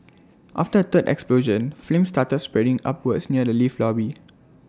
after A third explosion flames started spreading upwards near the lift lobby